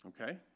okay